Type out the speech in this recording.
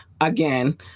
again